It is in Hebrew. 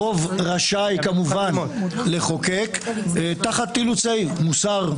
הרוב רשאי כמובן לחוקק תחת אילוצי מוסר,